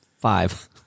Five